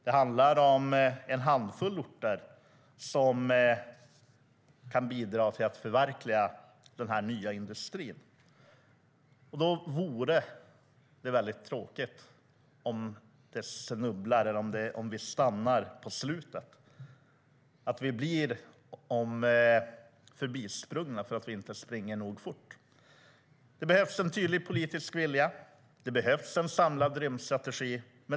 Det handlar om en handfull orter som kan bidra till att förverkliga den här nya industrin. Då vore det väldigt tråkigt om vi snubblar eller stannar på slutet, om vi blir förbisprungna för att vi inte springer fort nog. Det behövs en tydlig politisk vilja. Det behövs en samlad rymdstrategi.